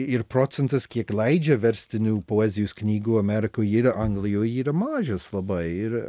ir procentas kiek leidžia verstinių poezijos knygų amerikoj ir anglijoj yra mažas labai ir